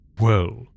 Well